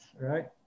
Right